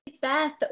Beth